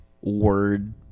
word